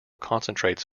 concentrates